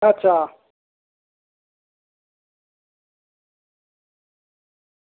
अच्छा